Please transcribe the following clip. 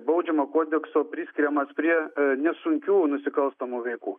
baudžiamojo kodekso priskiriamas prie nesunkių nusikalstamų veikų